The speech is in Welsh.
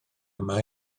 yma